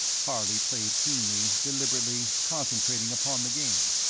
harley played keenly, deliberately, concentrating upon the game.